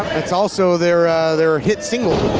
it's also their their hit single.